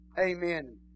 amen